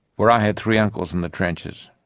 where i had three uncles in the trenches.